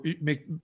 make